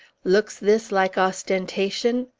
looks this like ostentation?